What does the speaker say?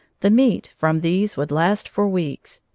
the meat from these would last for weeks,